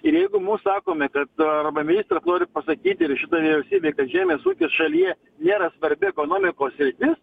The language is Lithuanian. ir jeigu mūs sakome kad arba ministras norit pasakyti ir į šitą vyriausybei kad žemės ūkis šalyje nėra svarbi ekonomikos sritis